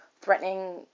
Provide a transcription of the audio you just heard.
threatening